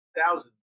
thousands